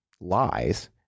lies